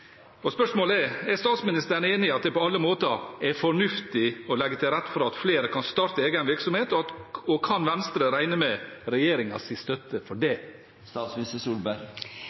Spørsmålet er: Er statsministeren enig i at det på alle måter er fornuftig å legge til rette for at flere kan starte egen virksomhet, og kan Venstre regne med regjeringens støtte for det?